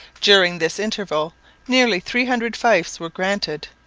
during this interval nearly three hundred fiefs were granted.